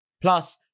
Plus